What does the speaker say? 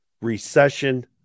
recession